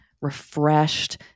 refreshed